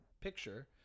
picture